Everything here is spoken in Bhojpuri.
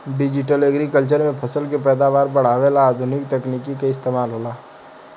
डिजटल एग्रीकल्चर में फसल के पैदावार बढ़ावे ला आधुनिक तकनीक के इस्तमाल होला